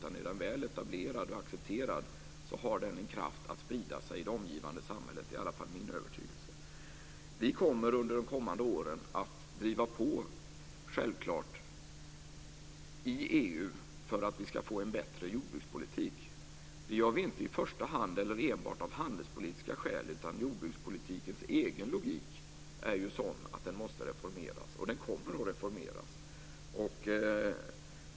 Är den väl etablerad och accepterad har den en kraft att sprida sig i det omgivande samhället. Det är i alla fall min övertygelse. Vi kommer under de kommande åren att driva på självklart i EU för att vi ska få en bättre jordbrukspolitik. Vi gör det inte enbart av handelspolitiska skäl, utan jordbrukspolitikens egen logik är sådan att den måste reformeras, och den kommer att reformeras.